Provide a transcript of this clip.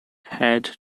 had